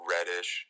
Reddish